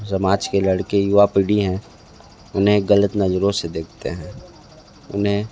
समाज के लड़के युवा पीढ़ी हैं उन्हें ग़लत नज़रों से देखते हैं उन्हें